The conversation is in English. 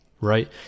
right